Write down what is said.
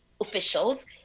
officials